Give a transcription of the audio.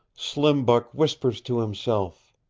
slim buck whispers to himself.